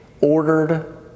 ordered